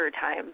time